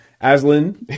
Aslan